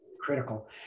critical